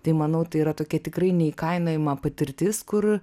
tai manau tai yra tokia tikrai neįkainojama patirtis kur